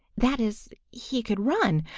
that is, he could run,